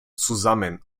zusammen